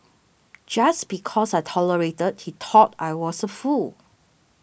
just because I tolerated he thought I was a fool